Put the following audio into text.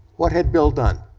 what had bill done?